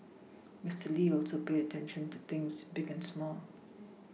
Mister Lee also paid attention to things big and small